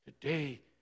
today